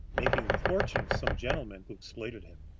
making the fortune of some gentlemen who exploited him.